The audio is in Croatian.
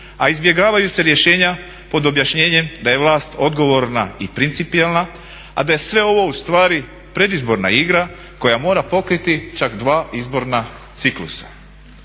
a izbjegavaju se rješenja pod objašnjenjem da je vlast odgovorna i principijelna, a da je sve ovo ustvari predizborna igra koja mora pokriti čak dva izborna ciklusa.